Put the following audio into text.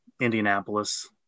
Indianapolis